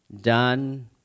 done